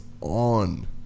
on